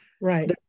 Right